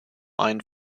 einen